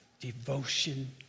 devotion